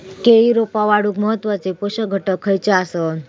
केळी रोपा वाढूक महत्वाचे पोषक घटक खयचे आसत?